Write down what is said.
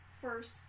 first